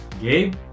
Gabe